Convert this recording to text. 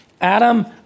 Adam